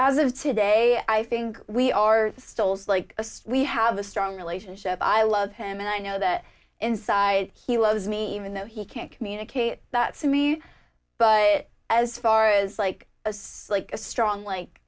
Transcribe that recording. as of today i think we are still like we have a strong relationship i love him and i know that inside he loves me even though he can't communicate that to me but as far as like a strong like